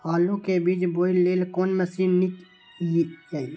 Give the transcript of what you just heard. आलु के बीज बोय लेल कोन मशीन नीक ईय?